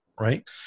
right